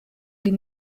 les